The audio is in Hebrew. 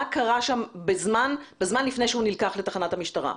מה קרה שם לפני שהוא נלקח לתחנת המשטרה?